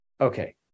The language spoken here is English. Okay